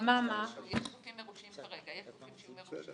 הכנסת מחוקקת חוקים במטרה